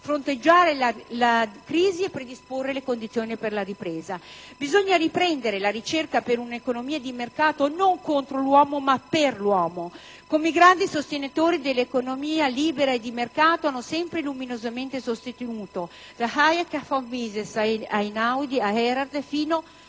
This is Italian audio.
fronteggiare la crisi e predisporre le condizioni per la ripresa. Bisogna riprendere la ricerca per un'economia di mercato non contro l'uomo, ma per l'uomo, come i grandi sostenitori dell'economia libera e di mercato hanno sempre luminosamente sostenuto, da Hayek a von Mises, a Einaudi, a Erhard sino al